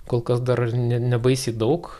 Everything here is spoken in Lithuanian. kol kas dar ne ne nebaisiai daug